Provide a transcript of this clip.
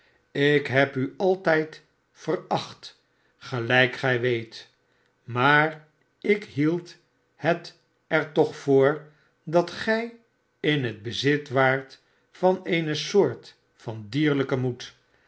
ik heb u altijd veracht gelijk gij weet maar ik hield het er toch voor dat gij in het bezit waart van eene soort van dierlijken moed